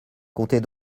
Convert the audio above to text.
comptez